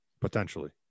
potentially